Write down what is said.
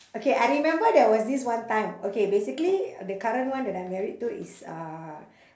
okay I remember there was this one time okay basically the current one that I'm married to is uh